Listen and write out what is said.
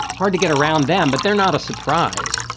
hard to get around them, but they're not a surprise.